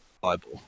Bible